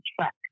track